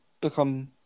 become